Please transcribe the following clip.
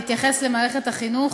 בהתייחס למערכת החינוך,